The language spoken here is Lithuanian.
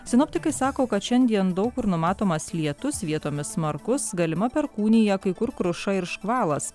sinoptikai sako kad šiandien daug kur numatomas lietus vietomis smarkus galima perkūnija kai kur kruša ir škvalas